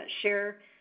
share